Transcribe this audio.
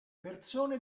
persone